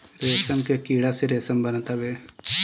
रेशम के कीड़ा से रेशम बनत हवे